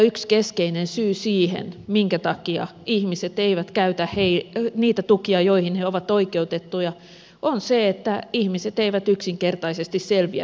yksi keskeinen syy siihen minkä takia ihmiset eivät käytä niitä tukia joihin he ovat oikeutettuja on se että ihmiset eivät yksinkertaisesti selviä viranomaisbyrokratiasta